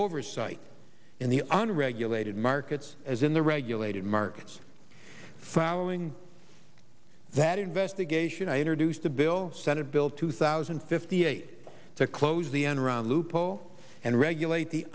oversight in the unregulated markets as in the regulated markets following that investigation i introduced a bill senate bill two thousand and fifty eight to close the enron loophole and regulate the